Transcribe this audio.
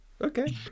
Okay